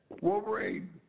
Wolverine